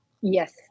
Yes